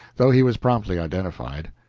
though he was promptly identified.